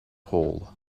hall